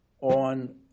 on